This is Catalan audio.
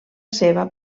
seva